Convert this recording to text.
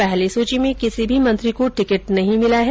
पहली सूची में किसी भी मंत्री को टिकिट नहीं मिला है